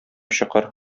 чокыр